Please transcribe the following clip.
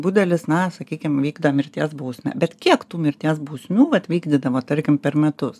budelis na sakykim vykdo mirties bausmę bet kiek tų mirties bausmių vat vykdydavo tarkim per metus